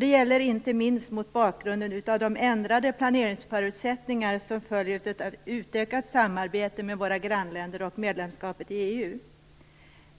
Det gäller inte minst mot bakgrund av de ändrade planeringsförutsättningar som följer av ett utökat samarbete med våra grannländer och medlemskapet i